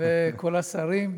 וכל השרים,